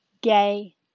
gay